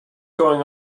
going